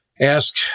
ask